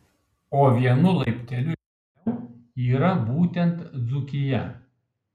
o vienu laipteliu žemiau yra būtent dzūkija